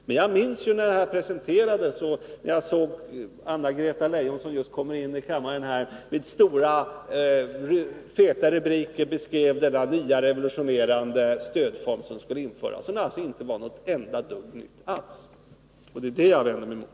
Men jag minns när detta presenterades och när jag såg hur Anna-Greta Leijon, som just kommer in i kammaren, i stora, feta rubriker beskrev denna nya, revolutionerande stödform, som skulle införas. Det var alltså inte alls någonting nytt, och det är det jag vänder mig mot.